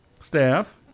Staff